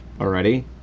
already